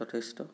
যথেষ্ট